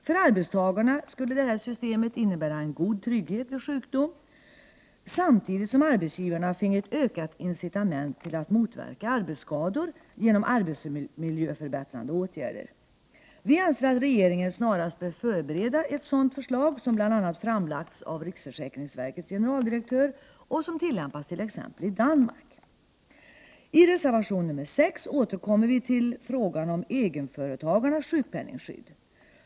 För arbetstagarna skulle detta system innebära en god trygghet vid sjukdom, samtidigt som arbetsgivarna finge ett ökat incitament till att motverka arbetsskador genom arbetsmiljöförbättrande åtgärder. Vi anser att regeringen snarast bör förbereda ett sådant förslag, som bl.a. framlagts av riksförsäkringsverkets generaldirektör och som tillämpas t.ex. i Danmark. I reservation 6 återkommer vi till frågan om egenföretagarnas sjukpenningskydd.